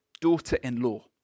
daughter-in-law